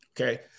Okay